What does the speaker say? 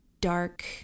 dark